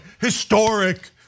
historic